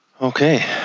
Okay